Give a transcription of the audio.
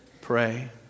Pray